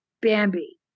Bambi